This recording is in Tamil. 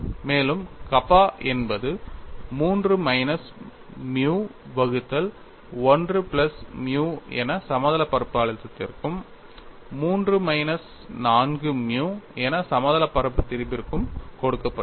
மேலும் கப்பா என்பது 3 மைனஸ் மியு வகுத்தல் 1 பிளஸ் மியு என சமதளப் பரப்பு அழுத்தத்திற்கும் 3 மைனஸ் 4 மியு என சமதளப் பரப்பு திரிபுற்கும் கொடுக்கப்பட்டுள்ளது